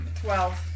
Twelve